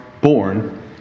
born